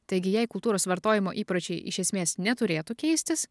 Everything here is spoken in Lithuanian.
taigi jei kultūros vartojimo įpročiai iš esmės neturėtų keistis